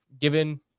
given